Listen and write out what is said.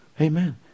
Amen